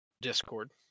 Discord